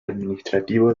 administrativo